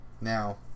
Now